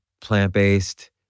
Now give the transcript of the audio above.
plant-based